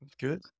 good